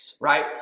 right